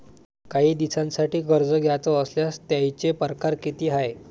कायी दिसांसाठी कर्ज घ्याचं असल्यास त्यायचे परकार किती हाय?